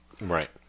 Right